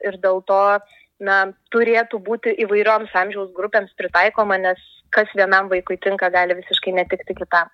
ir dėl to na turėtų būti įvairioms amžiaus grupėms pritaikoma nes kas vienam vaikui tinka gali visiškai netikti kitam